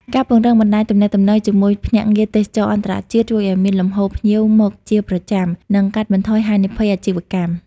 ការពង្រឹងបណ្តាញទំនាក់ទំនងជាមួយភ្នាក់ងារទេសចរណ៍អន្តរជាតិ ជួយឱ្យមានលំហូរភ្ញៀវមកជាប្រចាំ និងកាត់បន្ថយហានិភ័យអាជីវកម្ម។